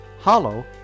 Hollow